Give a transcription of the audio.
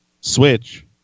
Switch